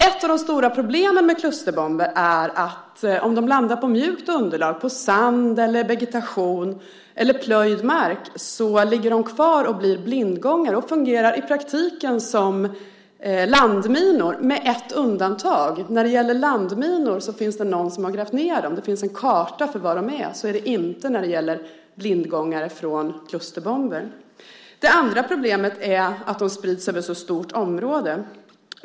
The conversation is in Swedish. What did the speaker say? Ett av de stora problemen med klusterbomber är att om de landar på mjukt underlag, på sand, vegetation eller plöjd mark, ligger de kvar och blir blindgångare. De fungerar i praktiken som landminor med ett undantag. När det gäller landminor är det någon som har grävt ned dem. Det finns en karta för var de är. Så är det inte när det gäller blindgångare från klusterbomber. Det andra problemet är att de sprids över ett så stort område.